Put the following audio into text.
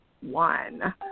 one